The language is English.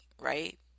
Right